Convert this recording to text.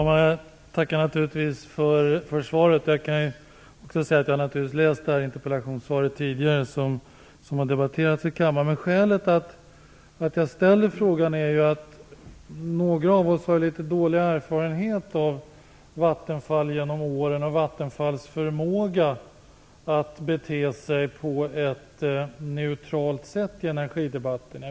Fru talman! Jag tackar för svaret. Jag har naturligtvis läst det interpellationssvar som tidigare har debatterats i kammaren. Men skälet till att jag ställer frågan är att några av oss genom åren har haft litet dålig erfarenhet av Vattenfall och Vattenfalls förmåga att bete sig på ett neutralt sätt i energidebatten.